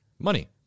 Money